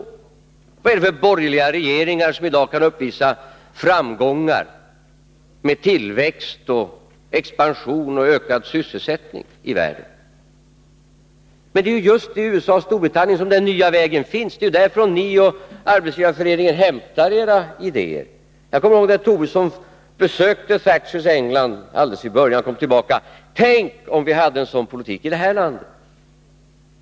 Vad är det för borgerliga regeringar som i dag kan uppvisa framgångar, tillväxt och ökad sysselsättning? I USA och Storbritannien praktiseras den nya vägen, och därifrån hämtar ni och Arbetsgivareföreningen era idéer. Jag kommer ihåg vad Lars Tobisson sade när han hade besökt England alldeles i början av Thatchers regeringstid: Tänk, om vi hade en sådan politik i det här landet!